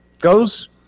goes